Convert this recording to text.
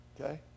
okay